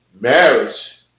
marriage